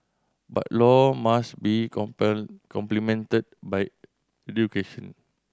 but law must be complemented by education